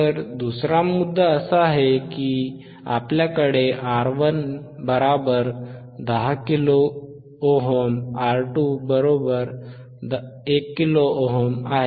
तर दुसरा मुद्दा असा की आपल्याकडे R110 kilo ohm R21 kilo ohm आहे